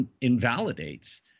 invalidates